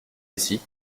aussi